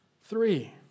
three